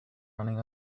running